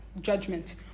judgment